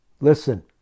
Listen